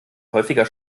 häufiger